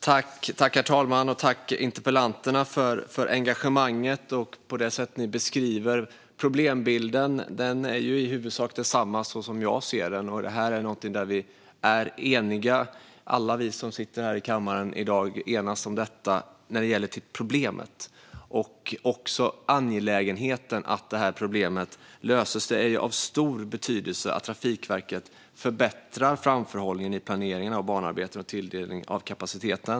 Herr talman! Tack, interpellanterna, för engagemanget! Er beskrivning av problembilden är i huvudsak densamma som min - där är vi eniga. Alla vi som sitter i kammaren här i dag är eniga när det gäller problemet och också om angelägenheten av att det löses. Det är av stor betydelse att Trafikverket förbättrar framförhållningen vid planeringen av banarbeten och tilldelningen av kapacitet.